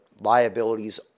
liabilities